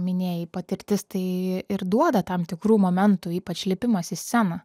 minėjai patirtis tai ir duoda tam tikrų momentų ypač lipimas į sceną